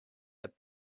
had